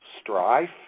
strife